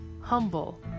humble